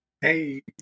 Hey